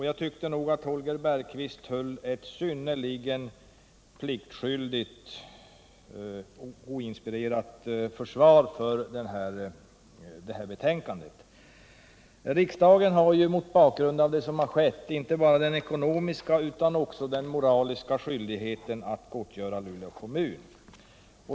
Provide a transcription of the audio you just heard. Jag tycker också att Holger Bergqvist höll ett synnerligen pliktskyldigt och oinspirerat försvarstal för det här betänkandet. Riksdagen har mot bakgrund av vad som skett inte bara den ekonomiska utan också den moraliska skyldigheten att gottgöra Luleå kommun.